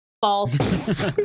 False